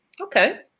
Okay